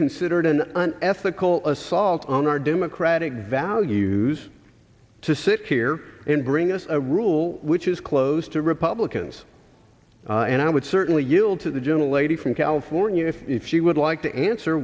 considered an ethical assault on our democratic values to sit here and bring us a rule which is closed to republicans and i would certainly yield to the gentle lady from california if you would like to answer